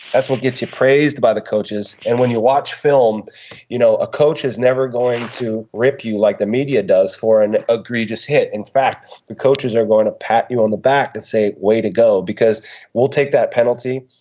that's what gets you praised by the coaches. and when you watch film you know a coach is never going to rip you like the media does for an egregious hit. in fact the coaches are going to pat you on the back and say way to go because we'll take that penalty.